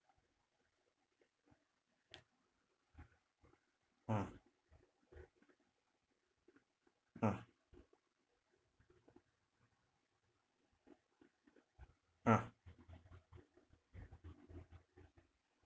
ah ah ah